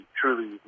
truly